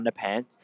underpants